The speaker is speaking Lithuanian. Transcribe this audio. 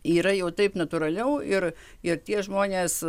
yra jau taip natūraliau ir ir tie žmonės